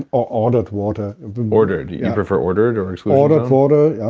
or ordered water ordered. you prefer ordered or ordered water, yeah,